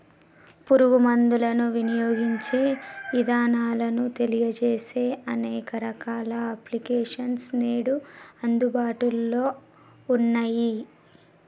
పురుగు మందులను వినియోగించే ఇదానాలను తెలియజేసే అనేక రకాల అప్లికేషన్స్ నేడు అందుబాటులో ఉన్నయ్యి